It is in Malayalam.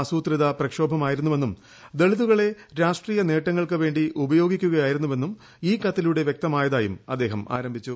ആസൂത്രിത ഇതൊരു പ്രക്ഷോഭമായിരുന്നുവെന്നും ദളിതുകളെ രാഷ്ട്രീയ നേട്ടങ്ങൾക്കു വേണ്ടി ഉപയോഗിക്കുകയായിരുന്നുവെന്ന് ഇൌ കത്തിലൂടെ വ്യക്തമായതായും അദ്ദേഹം ആരോപിച്ചു